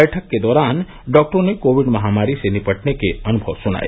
बैठक के दौरान डॉक्टरों ने कोविड महामारी से निपटने के अनुभव सुनाए